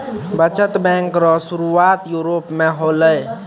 बचत बैंक रो सुरुआत यूरोप मे होलै